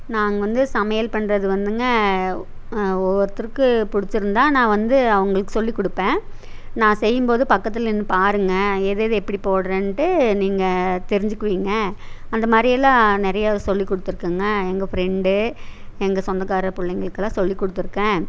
நாங்கள் வந்து சமையல் பண்ணுறது வந்துங்க ஒவ்வொருத்தருக்கும் பிடிச்சிருந்தா நான் வந்து அவங்களுக்கு சொல்லி கொடுப்பேன் நான் செய்யும் போது பக்கத்தில் நின்று பாருங்கள் எதெது எப்படி போடுறேன்ட்டு நீங்கள் தெரிஞ்சிக்குவீங்கள் அந்தமாதிரி எல்லாம் நிறைய சொல்லி கொடுத்துருக்கங்க எங்கள் ஃப்ரெண்டு எங்கள் சொந்தக்கார புள்ளைங்களுக்கெலாம் சொல்லி கொடுத்துருக்கேன்